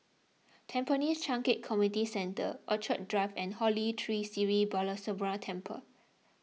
Tampines Changkat Community Centre Orchid Drive and Holy Tree Sri Balasubramaniar Temple